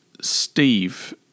Steve